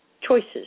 choices